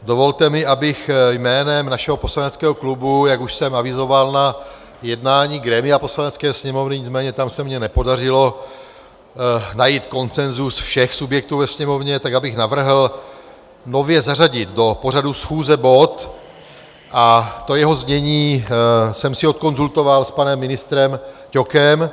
Dovolte mi, abych jménem našeho poslaneckého klubu jak už jsem avizoval na jednání grémia Poslanecké sněmovny, nicméně tam se mi nepodařilo najít konsenzus všech subjektů ve Sněmovně navrhl nově zařadit do pořadu schůze bod, jeho znění jsem si odkonzultoval s panem ministrem Ťokem.